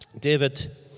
David